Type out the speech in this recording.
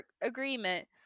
agreement